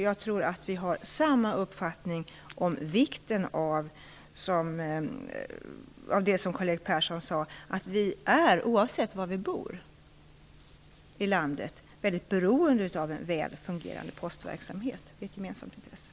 Jag tror att vi har samma uppfattning om vikten av det som Karl-Erik Persson anförde; oavsett var vi bor i landet är vi beroende av en väl fungerande postverksamhet. Det är ett gemensamt intresse.